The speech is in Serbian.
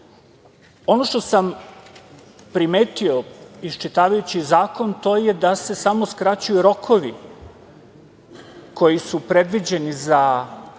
što sam primetio iščitavajući zakon, to je da se samo skraćuju rokovi koji su predviđeni za